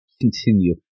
continue